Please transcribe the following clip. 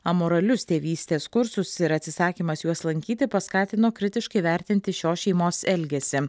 amoralius tėvystės kursus ir atsisakymas juos lankyti paskatino kritiškai vertinti šios šeimos elgesį